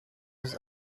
his